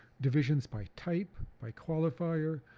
divisions by type, by qualifier,